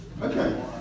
Okay